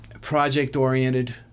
project-oriented